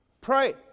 Pray